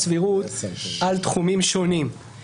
אמרתי שאני מבקש.